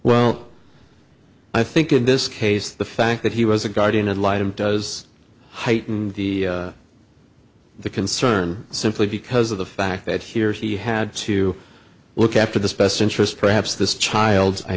well i think in this case the fact that he was a guardian ad litum does heighten the the concern simply because of the fact that here he had to look after this best interest perhaps this child i